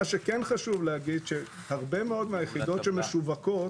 מה שכן חשוב להגיד, שהרבה מאוד מהיחידות שמשווקות